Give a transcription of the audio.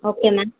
okay ma'am